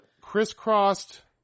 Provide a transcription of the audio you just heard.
crisscrossed